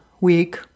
week